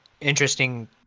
interesting